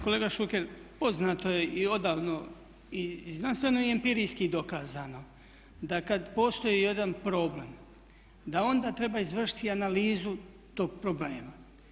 Kolega Šuker poznato je i odavno i znanstveno i empirijski dokazano da kad postoji jedan problem da onda treba izvršiti analizu tog problema.